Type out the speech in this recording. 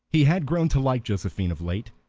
he had grown to like josephine of late,